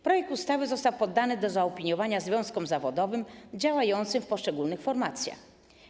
Projekt ustawy został przekazany do zaopiniowania związkom zawodowym działającym w poszczególnych formacjach.